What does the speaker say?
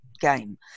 game